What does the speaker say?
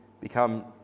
become